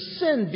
sin